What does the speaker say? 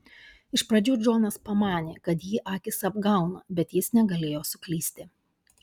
iš pradžių džonas pamanė kad jį akys apgauna bet jis negalėjo suklysti